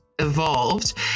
evolved